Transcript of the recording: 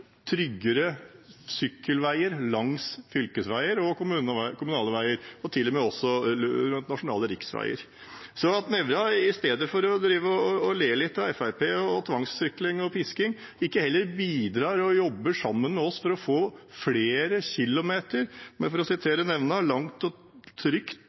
tryggere sykkelveier langs fylkesveier og kommunale veier og til og med langs nasjonale riksveier. Så i stedet for tvangssykling og pisking og å le litt av Fremskrittspartiet, burde heller Nævra bidra og jobbe sammen med oss for å få flere kilometer. For å sitere Nævra: Langt og trygt